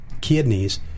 kidneys